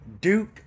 Duke